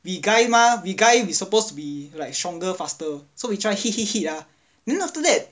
we guy mah we guy we supposed to be like stronger faster so we try hit hit hit ah then after that